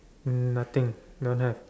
um nothing don't have